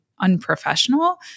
unprofessional